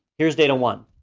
here's data one.